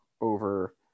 over